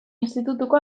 institutuko